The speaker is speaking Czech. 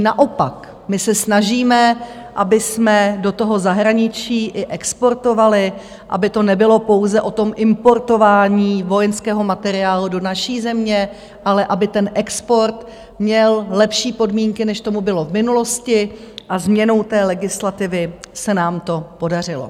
Naopak, my se snažíme, abychom do toho zahraničí i exportovali, aby to nebylo pouze o tom importování vojenského materiálu do naší země, ale aby export měl lepší podmínky, než tomu bylo v minulosti, a změnou té legislativy se nám to podařilo.